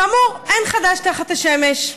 כאמור, אין חדש תחת השמש.